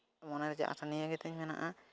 ᱢᱚᱱᱮᱨᱮ ᱡᱮ ᱟᱥᱟ ᱱᱤᱭᱟᱹ ᱜᱮᱛᱤᱧ ᱢᱮᱱᱟᱜᱼᱟ